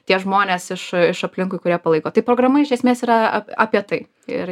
tie žmonės iš iš aplinkui kurie palaiko tai programa iš esmės yra apie tai ir jai vadovaut tenka